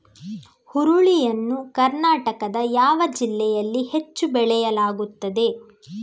ಹುರುಳಿ ಯನ್ನು ಕರ್ನಾಟಕದ ಯಾವ ಜಿಲ್ಲೆಯಲ್ಲಿ ಹೆಚ್ಚು ಬೆಳೆಯಲಾಗುತ್ತದೆ?